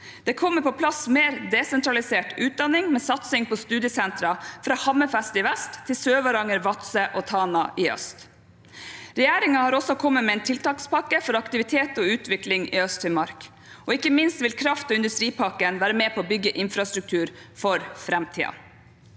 Det kommer på plass mer desentralisert utdanning, med satsing på studiesenter fra Hammerfest i vest til Sør-Varanger, Vadsø og Tana i øst. Regjeringen har også kommet med en tiltakspakke for aktivitet og utvikling i Øst-Finnmark, og ikke minst vil kraft- og industripakken være med på å bygge infrastruktur for framtiden.